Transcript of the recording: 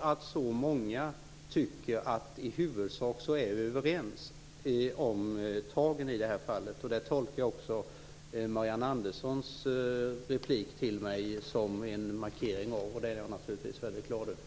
att så många tycker att vi i huvudsak är överens om tagen i det här fallet. Det tolkar jag Marianne Anderssons replik till mig som en markering av. Det är jag naturligtvis väldigt glad över.